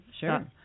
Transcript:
Sure